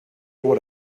what